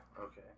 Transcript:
okay